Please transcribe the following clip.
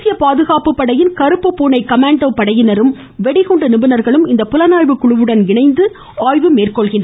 தேசிய பாதுகாப்பு படையின் கறுப்பு பூனை கமாண்டோ படையினரும் வெடிகுண்டு நிபுணர்களும் இந்த புலனாய்வு குழுவுடன் இணைந்து ஆய்வு மேற்கொள்ள உள்ளனர்